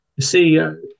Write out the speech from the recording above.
CEO